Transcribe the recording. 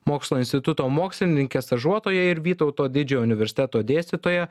mokslų instituto mokslininke stažuotoja ir vytauto didžiojo universiteto dėstytoja